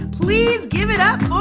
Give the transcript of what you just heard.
please give it up for